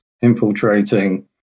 infiltrating